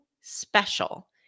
special